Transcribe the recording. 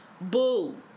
Boo